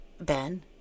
Ben